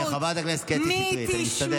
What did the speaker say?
חברת הכנסת קטי שטרית, אני מסתדר.